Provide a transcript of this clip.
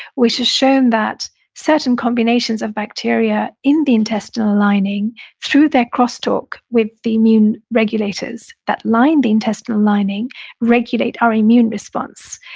which has shown that certain combinations of bacteria in the intestinal lining through their crosstalk with the immune regulators that line the intestinal lining regulate our immune response.